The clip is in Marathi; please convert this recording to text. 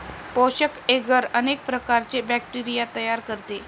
पोषक एग्गर अनेक प्रकारचे बॅक्टेरिया तयार करते